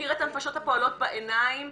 שיכיר את הנפשות הפועלות בעיניים,